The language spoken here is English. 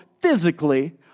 physically